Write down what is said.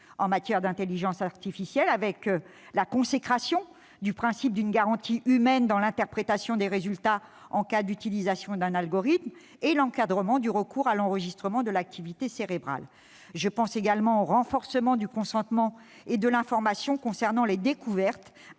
Je pense à l'intelligence artificielle, avec la consécration du principe d'une garantie humaine dans l'interprétation des résultats en cas d'utilisation d'un algorithme et l'encadrement du recours à l'enregistrement de l'activité cérébrale. Je pense également au renforcement du consentement et de l'information concernant les découvertes